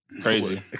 Crazy